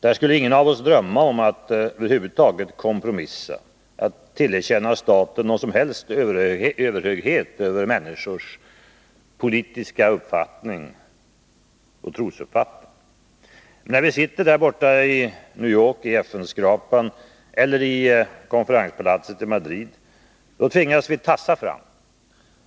Där skulle ingen av oss drömma om att över huvud taget kompromissa, att tillerkänna staten någon som helst överhöghet över människors politiska uppfattning och trosuppfattning. Men när vi sitter där borta i FN-skrapan i New York eller i konferenspalatset i Madrid tvingas vi tassa fram.